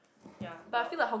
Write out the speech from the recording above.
ya but